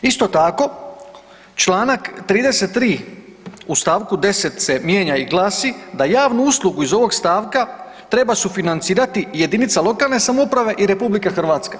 Isto tako, čl. 33. u st. 10. se mijenja i glasi da javnu uslugu iz ovog stavka treba sufinancirati jedinica lokalne samouprave i RH.